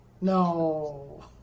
No